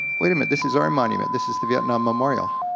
wait a minute, this is our monument, this is the vietnam memorial.